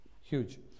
huge